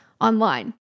online